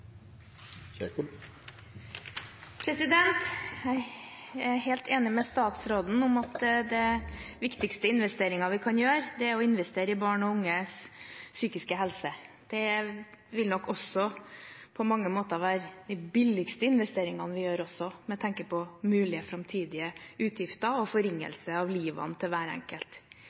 replikkordskifte. Jeg er helt enig med statsråden i at den viktigste investeringen vi kan gjøre, er å investere i barn og unges psykiske helse. Det vil nok også på mange måter være den billigste investeringen vi gjør, med tanke på mulige framtidige utgifter og forringelse av livet til hver enkelt.